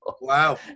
Wow